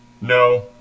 No